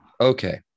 Okay